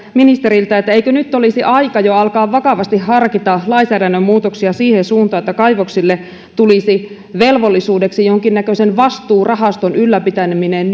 ministeriltä eikö nyt olisi aika jo alkaa vakavasti harkita lainsäädännön muutoksia siihen suuntaan että kaivoksille tulisi velvollisuudeksi jonkinnäköisen vastuurahaston ylläpitäminen